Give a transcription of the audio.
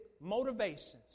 motivations